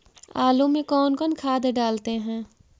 आलू में कौन कौन खाद डालते हैं?